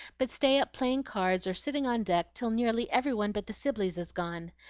but stay up playing cards or sitting on deck till nearly every one but the sibleys is gone.